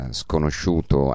sconosciuto